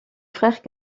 frère